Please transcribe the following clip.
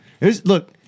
Look